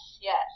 yes